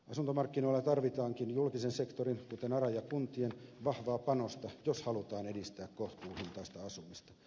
asuntomarkkinoilla tarvitaankin julkisen sektorin kuten aran ja kuntien vahvaa panosta jos halutaan edistää kohtuuhintaista asumista